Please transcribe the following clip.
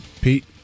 Pete